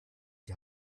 die